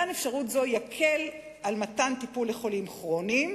יקל על מתן טיפול לחולים כרוניים